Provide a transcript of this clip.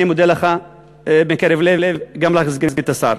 אני מודה לך מקרב לב, גם לך, סגנית השר.